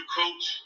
coach